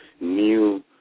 new